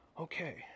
Okay